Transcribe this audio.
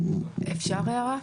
אפשר הערה?